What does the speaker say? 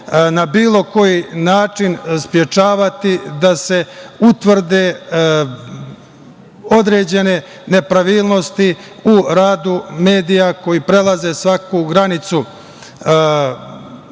na bilo koji način sprečavati da se utvrde određene nepravilnosti u radu medija koji prelaze svaku granicu